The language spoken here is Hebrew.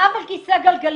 האב על כיסא גלגלים